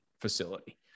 facility